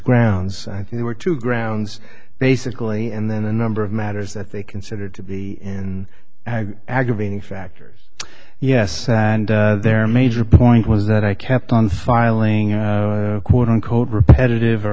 grounds i think were two grounds basically and then a number of matters that they considered to be in aggravating factors yes and there are major point was that i kept on filing a quote unquote repetitive or